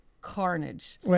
carnage